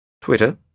Twitter